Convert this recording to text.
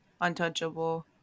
untouchable